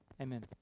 Amen